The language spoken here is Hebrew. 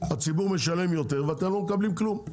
הציבור משלם יותר ואתם לא מקבלים כלום.